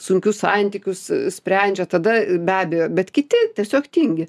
sunkius santykius sprendžia tada be abejo bet kiti tiesiog tingi